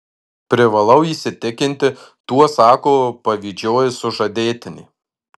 privalau įsitikinti tuo sako pavydžioji sužadėtinė